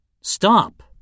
Stop